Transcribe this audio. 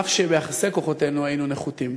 אף שביחסי הכוחות היינו נחותים".